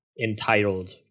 entitled